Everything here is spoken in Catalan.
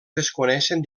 desconeixen